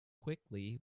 quickly